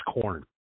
corn